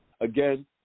Again